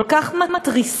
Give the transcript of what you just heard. כל כך מתריסה,